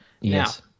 Yes